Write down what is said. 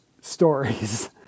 stories